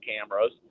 cameras